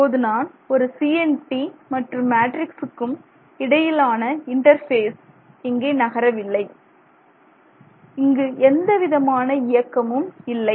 இப்போது நான் ஒரு CNT மற்றும் மேட்ரிக்சுக்கும் இடையிலான இன்டர்பேஸ் இங்கே நகரவில்லை இங்கு எந்தவிதமான இயக்கமும் இல்லை